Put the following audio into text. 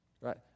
Right